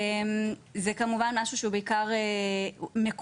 זה כמובן משהו שהוא בעיקר מקומי,